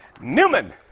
Newman